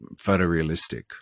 photorealistic